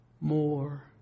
more